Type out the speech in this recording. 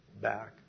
back